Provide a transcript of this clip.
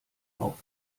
auf